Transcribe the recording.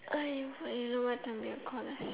!aiyo! I don't know what time they'll cll us